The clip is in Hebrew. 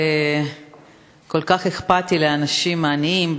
כל כך אכפתי לאנשים העניים,